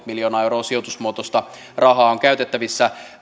miljoonaa euroa sijoitusmuotoista rahaa on käytettävissä